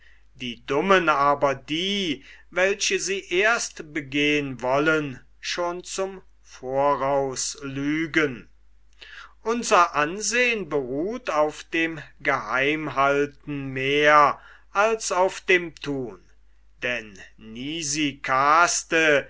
die dummen aber die welche sie erst begehn wollen schon zum voraus lügen unser ansehn beruht auf dem geheimhalten mehr als auf dem thun denn nisi